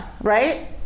right